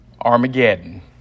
Armageddon